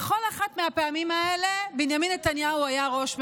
בכל אחת מהפעמים האלה בנימין נתניהו היה ראש ממשלה,